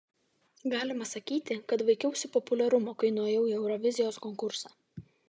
galima sakyti kad vaikiausi populiarumo kai nuėjau į eurovizijos konkursą